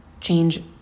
change